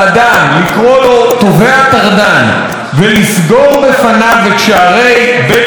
לקרוא לו תובע טרדן ולסגור בפניו את שערי בית המשפט,